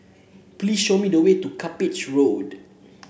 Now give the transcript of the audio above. please show me the way to Cuppage Road